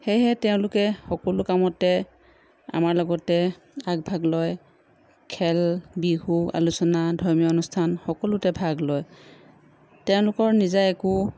সেয়েহে তেওঁলোকে সকলো কামতে আমাৰ লগতে আগ ভাগ লয় খেল বিহু আলোচনা ধৰ্মীয় অনুষ্ঠান সকলোতে ভাগ লয় তেওঁলোকৰ নিজা একো